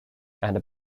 and